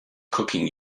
cooking